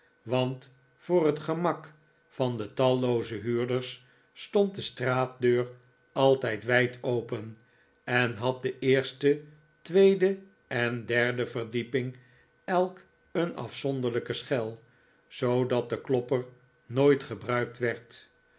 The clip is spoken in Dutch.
want voor het gemak van de tallooze huurders stond de straatdeur altijd wijd open en had de eerste tweede en derde verdieping elk een afzonderlijke schel zoodat de klopper nooit gebruikt werd